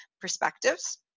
perspectives